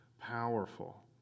Powerful